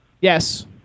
Yes